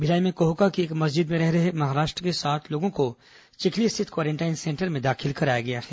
भिलाई में कोहका की एक मस्जिद में रह रहे महाराष्ट्र के सात लोगों को चिखली स्थित क्वारेंटाइन सेंटर में दाखिल कराया गया है